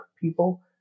people